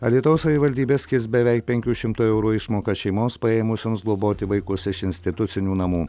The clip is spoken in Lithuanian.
alytaus savivaldybė skirs beveik penkių šimtų eurų išmokas šeimoms paėmusioms globoti vaikus iš institucinių namų